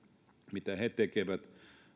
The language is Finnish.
mitä he tekevät